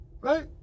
right